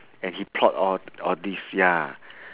and he plot all all this ya